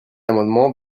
amendement